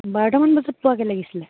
বাৰটামান বজাত পোৱাকৈ লাগিছিলে